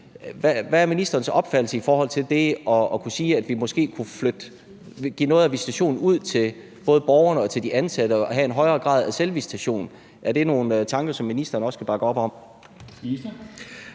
Hvad er ministerens opfattelse, i forhold til at vi måske kunne give noget af visitationen ud til både borgerne og de ansatte og der kunne være en højere grad af selvvisitation? Er det nogle tanker, som ministeren også kan bakke op om?